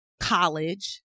college